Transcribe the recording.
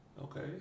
Okay